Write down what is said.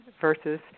versus